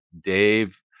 Dave